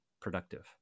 productive